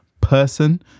person